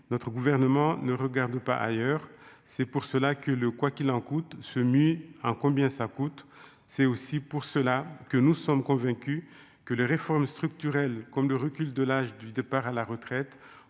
notre gouvernement ne regarde pas ailleurs, c'est pour cela que le quoi qu'il en coûte, se mue à combien ça coûte, c'est aussi pour cela que nous sommes convaincus que les réformes structurelles, comme le recul de l'âge du départ à la retraite